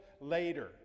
later